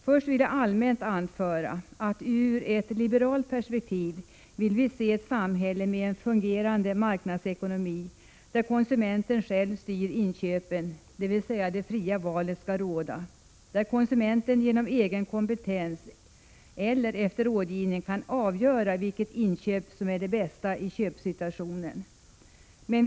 Först vill jag allmänt anföra att vi ur ett liberalt perspektiv vill se ett samhälle med en fungerande marknadsekonomi, där konsumenten själv styr inköpen, dvs. det fria valet skall råda, och där konsumenten genom egen kompetens eller efter rådgivning kan avgöra vilket inköp som är det bästa i köpsituationen.